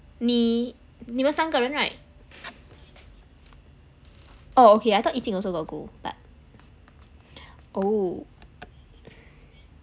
你你们三个 right oh I thought yi jing also got go like oh